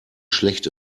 schlecht